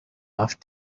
off